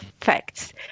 facts